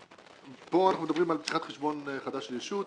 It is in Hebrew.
פה אנחנו מדברים על פתיחת חשבון חדש של ישות.